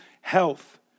health